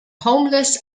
homeless